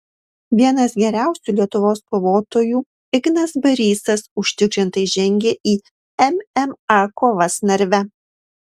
vienas geriausių lietuvos kovotojų ignas barysas užtikrintai žengė į mma kovas narve